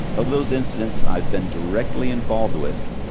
of those incidents i've been directly involved with,